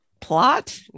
plot